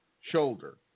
Shoulder